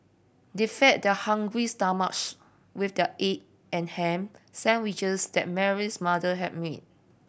they fed their hungry stomachs with the egg and ham sandwiches that Mary's mother had made